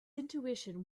intuition